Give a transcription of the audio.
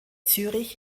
zürich